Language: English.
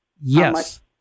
yes